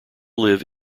live